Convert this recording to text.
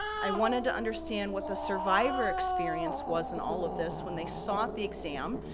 i wanted to understand what the survivor experience was in all of this when they sought the exam,